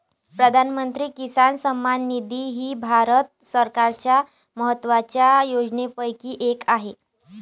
प्रधानमंत्री किसान सन्मान निधी ही भारत सरकारच्या महत्वाच्या योजनांपैकी एक आहे